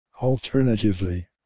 Alternatively